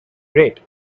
great